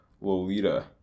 Lolita